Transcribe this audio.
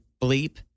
bleep